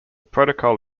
protocol